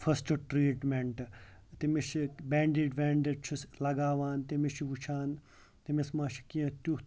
first treatment تٔمِس چھِ bandaid وٮ۪نٛڈیڈ چھُس لَگاوان تٔمِس چھِ وٕچھان تٔمِس ما چھِ کینٛہہ تیُتھ